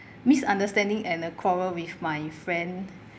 misunderstanding and a quarrel with my friend